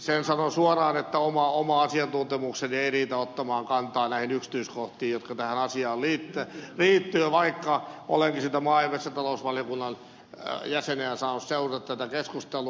sen sanon suoraan että oma asiantuntemukseni ei riitä ottamaan kantaa näihin yksityiskohtiin jotka tähän asiaan liittyvät vaikka olenkin maa ja metsätalousvaliokunnan jäsenenä saanut seurata tätä keskustelua